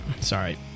Sorry